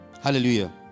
Hallelujah